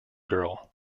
girl